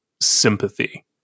sympathy